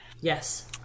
yes